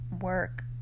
work